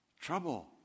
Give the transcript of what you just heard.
trouble